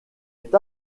est